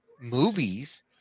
movies